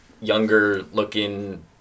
younger-looking